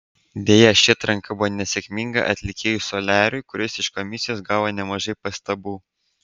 deja ši atranka buvo nesėkminga atlikėjui soliariui kuris iš komisijos gavo nemažai pastabų